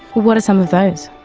what are some of those?